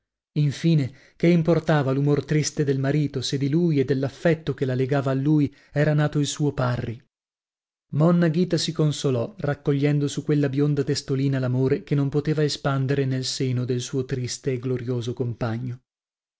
infine che importava l'umor triste del marito se di lui e dell'affetto che la legava a lui era nato il suo parri monna ghita si consolò raccogliendo su quella bionda testolina l'amore che non poteva espandere nel seno del suo triste o glorioso compagno